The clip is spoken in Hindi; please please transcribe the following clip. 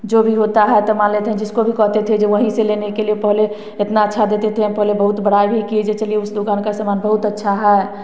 जो भी होता है तो मान लेते हैं जिसको भी कहते थे जे वहीं से लेने के लिए पहले इतना अच्छा देते थे पहले बहुत बड़ाई भी किए जो चलिए उसे दुकान का सामान बहुत अच्छा है